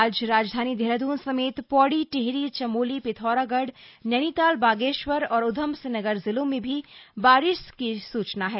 आज राजधानी देहरादून समेत पौड़ी टिहरी चमोली पिथौरागढ़ नैनीताल बागेश्वर और उधमसिंह नगर जिलों में भी बारिश की सूचना है